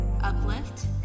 Uplift